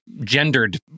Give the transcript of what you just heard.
gendered